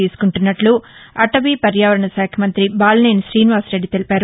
తీసుకుంటున్నట్లు అటవీ పర్యావరణ శాఖ మంతి బాలినేని తీనివాసరెడ్డి తెలిపారు